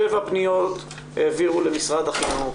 שבע פניות העבירו למשרד החינוך,